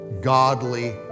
godly